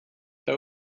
they